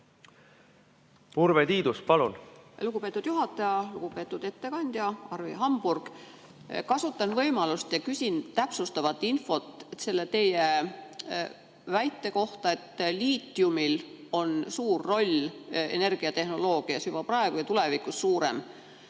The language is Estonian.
Urve Tiidus, palun! Aitäh, lugupeetud juhataja! Lugupeetud ettekandja Arvi Hamburg! Kasutan võimalust ja küsin täpsustavat infot selle teie väite kohta, et liitiumil on suur roll energiatehnoloogias juba praegu ja tulevikus veel suurem.